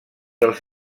els